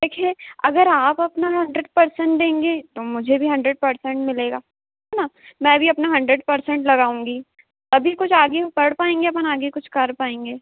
देखिए अगर आप अपना हंड्रेड पर्सेंट देंगे तो मुझे भी हंड्रेड पर्सेंट मिलेगा है न मैं भी अपना हंड्रेड पर्सेंट लगाऊँगी तभी कुछ आगे बढ़ पाएँगे अपन आगे कुछ कर पाएँगे